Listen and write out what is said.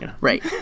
Right